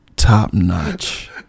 Top-notch